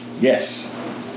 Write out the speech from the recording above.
Yes